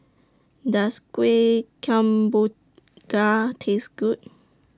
Does Kuih Kemboja Taste Good